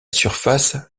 surface